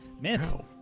Myth